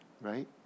right